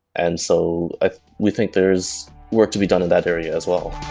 and so ah we think there's work to be done in that area as well.